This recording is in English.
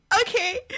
Okay